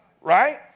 right